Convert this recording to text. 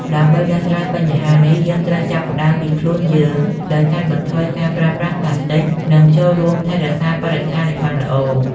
ដើម្បីដោះស្រាយបញ្ហានេះ យើងត្រូវចាប់ផ្តើមពីខ្លួនយើង ដោយកាត់បន្ថយការប្រើប្រាស់ប្លាស្ទិក និងចូលរួមថែរក្សាបរិស្ថានឱ្យបានល្អ។